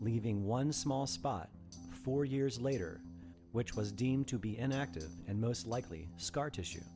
leaving one small spot four years later which was deemed to be enacted and most likely scar tissue